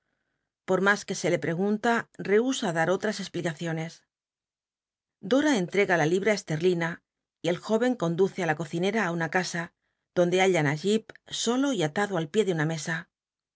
por mas que se le pregunla rehusa dar otms explicaciones l o a cn hcga la libra esterlina y el jóven conduce i la cocinem á una casa donde hallan ü jip solo y atado al pié dé una mesa